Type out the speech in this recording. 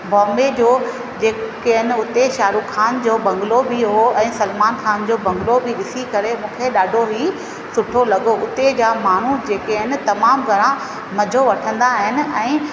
बॉम्बे जो जेके आहिनि उते शाहरुख़ ख़ान जो बंगलो बि हो ऐं सलमान ख़ान जो बंगलो बि ॾिसी करे मूंखे ॾाढो ई सुठो लॻो उते जा माण्हू जेके आहिनि तमामु घणा मज़ो वठंदा आहिनि ऐं